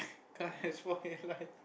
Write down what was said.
car has white light